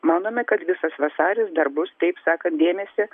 manome kad visas vasaris dar bus taip sakant dėmesį